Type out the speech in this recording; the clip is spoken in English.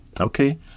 Okay